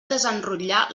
desenrotllar